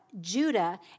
Judah